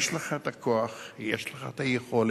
יש לך הכוח, יש לך היכולת,